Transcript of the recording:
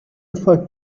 erfolg